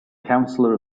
counselor